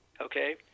Okay